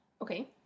Okay